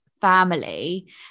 family